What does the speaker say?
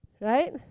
right